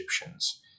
Egyptians